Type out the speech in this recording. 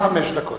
חמש דקות.